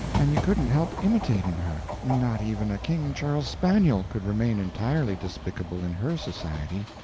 and you couldn't help imitating her not even a king charles spaniel could remain entirely despicable in her society.